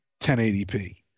1080p